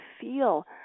feel